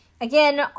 Again